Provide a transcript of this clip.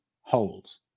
holes